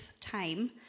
time